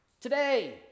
today